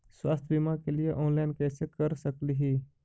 स्वास्थ्य बीमा के लिए ऑनलाइन कैसे कर सकली ही?